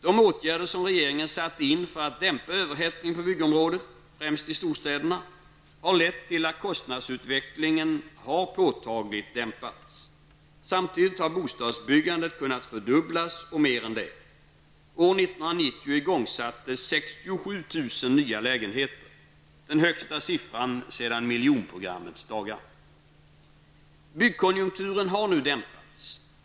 De åtgärder som regeringen satte in för att dämpa överhettningen på byggområdet -- främst i storstäderna -- har lett till att kostnadsutvecklingen påtagligt har dämpats. Samtidigt har bostadsbyggandet kunnat fördubblas och mer än det. År 1990 igångsattes 67 000 nya lägenheter. Det är den högsta siffran sedan miljonprogrammets dagar. Byggkonjunkturen har nu dämpats.